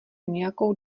nějakou